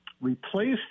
replaced